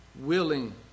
willing